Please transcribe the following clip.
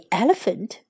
elephant